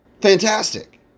Fantastic